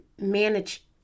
manage